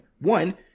One